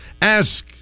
Ask